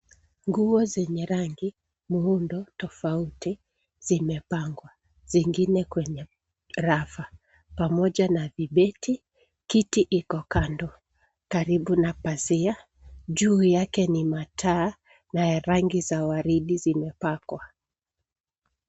Nguo zenye rangi, muundo tofauti zimepangwa zingine kwenye rafu pamoja na vibeti. Kiti iko kando karibu na pazia. Juu yake ni mataa na ya rangi za waridi zimepakwa.